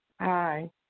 Hi